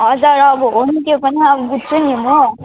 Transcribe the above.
हजुर अब हुन्थ्यो भने अब बुझ्थेँ नि म